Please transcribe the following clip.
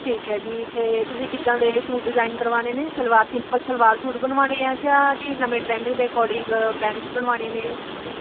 ਠੀਕ ਹੈ ਜੀ ਅਤੇ ਤੁਸੀਂ ਕਿੱਦਾਂ ਦੇ ਸੂਟ ਡਿਜ਼ਾਇਨ ਕਰਵਾਉਣੇ ਨੇ ਸਲਵਾਰ ਸਿੰਪਲ ਸਲਵਾਰ ਸੂਟ ਬਣਵਾਉਣੇ ਆ ਜਾਂ ਜੀ ਨਵੇਂ ਟਰੈਂਡਿੰਗ ਦੇ ਅਕੋਰਡਿੰਗ ਪੈਨਟਸ ਬਣਵਾਉਣੀਆਂ ਨੇ